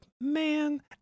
man